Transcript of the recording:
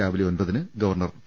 രാവിലെ ഒൻപതിന് governor P